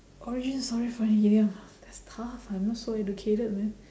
origin story for an idiom that's tough I'm not so educated man